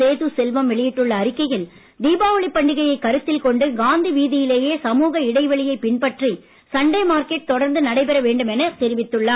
சேது செல்வம் வெளியிட்டுள்ள அறிக்கையில் தீபாவளி பண்டிகையை கருத்தில் கொண்டு காந்தி வீதியிலேயே சமூக இடைவெளியை பின்பற்றி சண்டே மார்க்கெட் தொடர்ந்து நடைபெற வேண்டும் எனத் தெரிவித்துள்ளார்